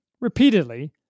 repeatedly